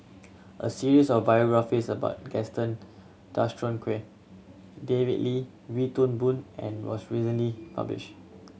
a series of biographies about Gaston Dutronquoy David Lee Wee Toon Boon was recently published